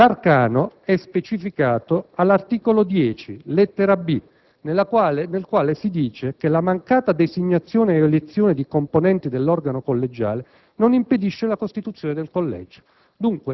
L'arcano è specificato all'articolo 10, lettera *b)*, nel quale si afferma che la mancata designazione ed elezione di componenti dell'organo collegiale non impedisce la costituzione del collegio.